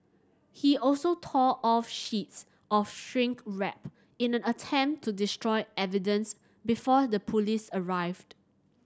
he also tore off sheets of shrink wrap in an attempt to destroy evidence before the police arrived